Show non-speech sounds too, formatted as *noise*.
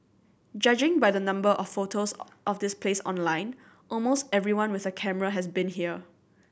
judging by the number of photos *unintelligible* of this place online almost everyone with a camera has been here